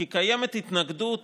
כי קיימת התנגדות